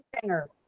singer